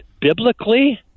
biblically—